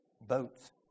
boats